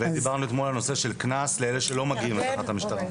ודיברנו אתמול לגבי קנס לאלו שלא מגיעים לתחנת המשטרה.